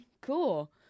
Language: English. cool